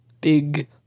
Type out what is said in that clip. Big